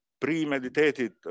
premeditated